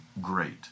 great